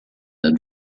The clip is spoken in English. and